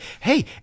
hey